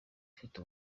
ufite